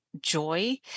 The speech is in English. joy